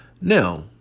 Now